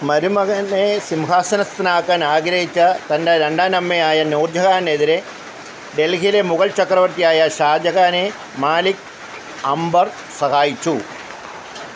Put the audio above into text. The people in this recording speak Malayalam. മരുമകനെ സിംഹാസനസ്ഥനാക്കാൻ ആഗ്രഹിച്ച തൻ്റെ രണ്ടാനമ്മയായ നൂർജഹാനെതിരെ ഡൽഹിയിലെ മുഗൾ ചക്രവർത്തിയായ ഷാജഹാനെ മാലിക് അംബർ സഹായിച്ചു